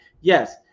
yes